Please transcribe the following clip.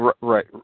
Right